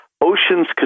oceans